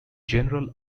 general